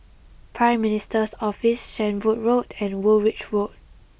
Prime Minister's Office Shenvood Road and Woolwich Road